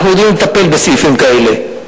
אנחנו יודעים לטפל בסעיפים כאלה,